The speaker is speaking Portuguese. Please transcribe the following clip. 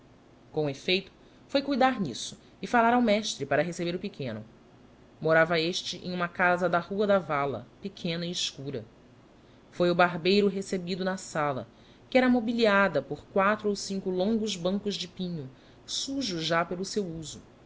com efifeito foi cuidar nisso e fallar ao mestre para receber o pequeno morava este em uma casa da rua da valia pequena e escura foi o barbeiro recebido na sala que era mobiliada por quati'o ou cinco longos bancos de pinho sujos já pelo seu uso